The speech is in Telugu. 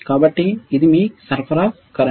కాబట్టి ఇది మీ సరఫరా కరెంట్